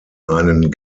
einen